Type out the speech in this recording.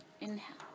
Inhale